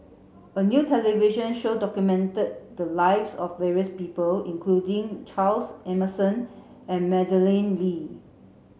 a new television show documented the lives of various people including Charles Emmerson and Madeleine Lee